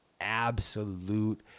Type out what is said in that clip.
absolute